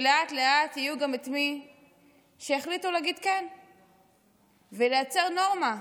לאט-לאט יהיו גם מי שיחליטו להגיד כן ולייצר נורמה,